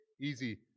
easy